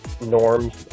norms